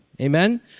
Amen